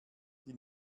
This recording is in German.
die